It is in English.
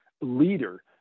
leader